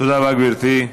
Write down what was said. תודה רבה, גברתי.